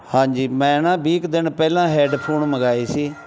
ਹਾਂਜੀ ਮੈਂ ਨਾ ਵੀਹ ਕੁ ਦਿਨ ਪਹਿਲਾਂ ਹੈੱਡਫੋਨ ਮੰਗਵਾਏ ਸੀ